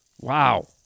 Wow